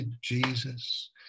Jesus